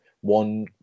one